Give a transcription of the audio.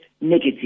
negative